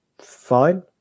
fine